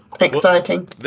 exciting